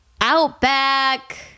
Outback